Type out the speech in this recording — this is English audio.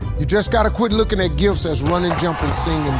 you just gotta quit looking at gifts as running, jumping, singing